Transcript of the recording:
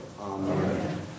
Amen